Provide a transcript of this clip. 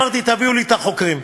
אמרתי: תביאו את החוקרים.